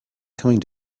coming